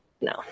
no